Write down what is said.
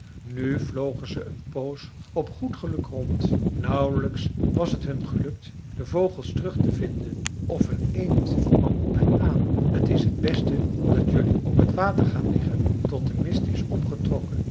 nu vlogen ze een poos op goed geluk rond nauwlijks was het hun gelukt de vogels terug te vinden of een eend kwam op hen aan t is het beste dat jelui op het water gaat liggen tot de mist is opgetrokken